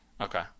Okay